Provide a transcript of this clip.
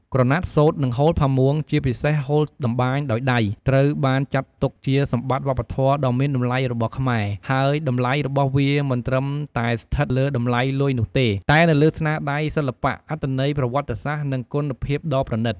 ក្រណាត់សូត្រ និងហូលផាមួង ជាពិសេសហូលតម្បាញដោយដៃ ត្រូវបានចាត់ទុកជាសម្បត្តិវប្បធម៌ដ៏មានតម្លៃរបស់ខ្មែរ ហើយតម្លៃរបស់វាមិនត្រឹមតែស្ថិតលើតម្លៃលុយនោះទេ តែនៅលើស្នាដៃសិល្បៈ អត្ថន័យប្រវត្តិសាស្ត្រ និងគុណភាពដ៏ប្រណិត។